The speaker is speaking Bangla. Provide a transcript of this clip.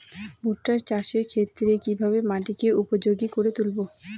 ভুট্টা চাষের ক্ষেত্রে কিভাবে মাটিকে উপযোগী করে তুলবো?